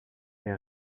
est